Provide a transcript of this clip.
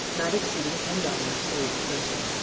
not exceeding ten dollars for each person.